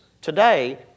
today